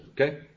okay